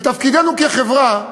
ותפקידנו כחברה,